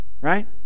right